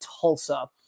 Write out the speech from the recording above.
Tulsa